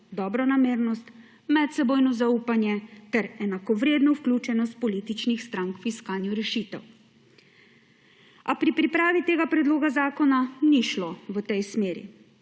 dobronamernost, medsebojno zaupanje ter enakovredno vključenost političnih strank v iskanju rešitev. A pri pripravi tega predloga zakona ni šlo v tej smeri.